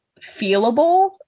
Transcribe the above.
feelable